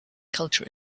culture